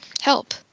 help